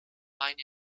meine